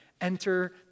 enter